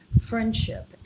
friendship